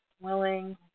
willing